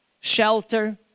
shelter